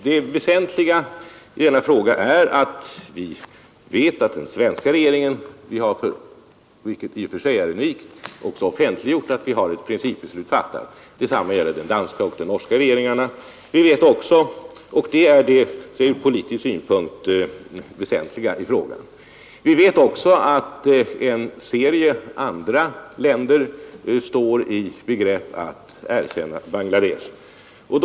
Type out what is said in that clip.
Det väsentliga är att vi vet att den svenska regeringen — det har också offentliggjorts, vilket i och för sig är unikt — har fattat ett principbeslut i denna fråga; detsamma gäller de Övriga nordiska regeringarna. Vi vet också — och det är det ur politisk synpunkt väsentliga i frågan — att en serie andra länder står i begrepp att erkänna Bangladesh.